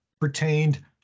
pertained